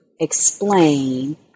explain